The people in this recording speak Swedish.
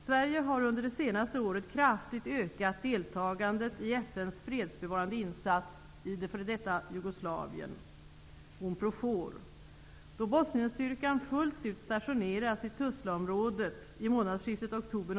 Sverige har under det senaste året kraftigt ökat deltagandet i FN:s fredsbevarande insats i f.d. Jugoslavien, Unprofor.